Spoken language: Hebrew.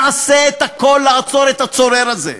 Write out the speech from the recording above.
נעשה את הכול לעצור את הצורר הזה.